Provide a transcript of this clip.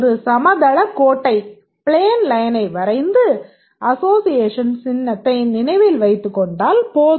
ஒரு சமதளக் கோட்டை வரைந்து அசோசியேஷன் சின்னதை நினைவில் வைத்துக் கொண்டால் போதும்